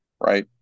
right